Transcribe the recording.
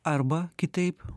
arba kitaip